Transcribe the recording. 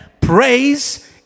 Praise